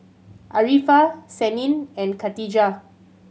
Arifa Senin and Khatijah